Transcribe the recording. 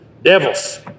Devils